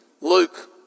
Luke